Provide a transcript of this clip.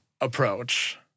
approach